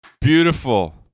beautiful